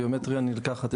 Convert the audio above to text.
ביומטריה נלקחת,